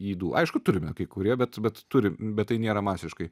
ydų aišku turime kai kurie bet bet turi bet tai nėra masiškai